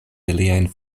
ilian